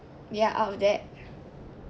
ya out of that